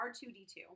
R2D2